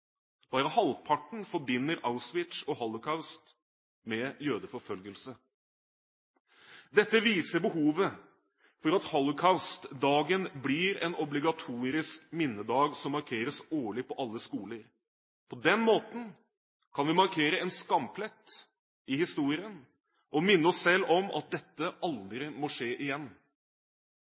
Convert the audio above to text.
Bare halvparten forbinder Auschwitz og holocaust med jødeforfølgelse. Dette viser behovet for at Holocaustdagen blir en obligatorisk minnedag som markeres årlig på alle skoler. På den måten kan vi markere en skamplett i historien og minne oss selv om at dette aldri må skje igjen.